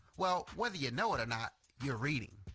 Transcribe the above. well whether you know it or not you are reading.